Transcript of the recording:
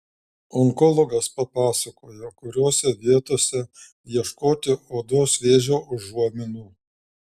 onkologas papasakojo kuriose vietose ieškoti odos vėžio užuominų